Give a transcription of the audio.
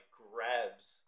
grabs